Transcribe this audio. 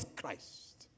Christ